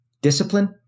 discipline